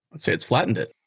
it's it's fl attened it,